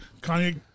Kanye